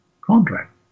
contract